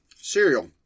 cereal